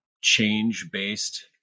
change-based